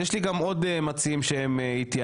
יש לי גם עוד מציעים שהם איתי,